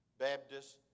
baptist